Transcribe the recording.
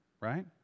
right